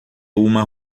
uma